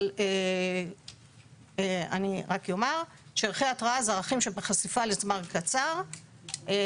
אבל אני רק אומר שערכי התרעה זה ערכים שבחשיפה לזמן קצר גורמת